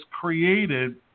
created